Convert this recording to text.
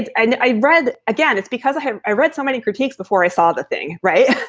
and and i read again, it's because i i read so many critiques before i saw the thing. right.